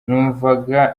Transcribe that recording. numvaga